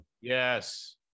Yes